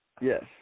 Yes